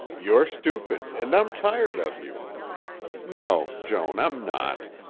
you're stupid and i'm tired of you no, joan, i'm not.